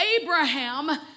Abraham